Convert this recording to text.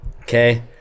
Okay